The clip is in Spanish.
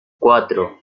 cuatro